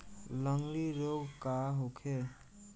लगंड़ी रोग का होखे?